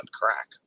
crack